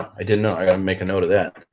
i didn't know. i gotta make a note of that.